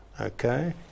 okay